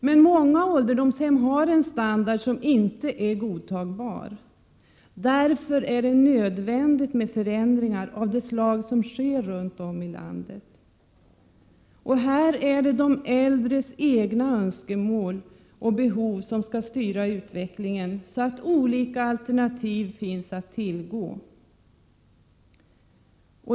Men många ålderdomshem har en standard som inte är godtagbar. Därför är det nödvändigt med sådana förändringar som sker runt om i landet, och här är det de äldres egna önskemål och behov som skall styra utvecklingen, så att olika alternativ finns att tillgå.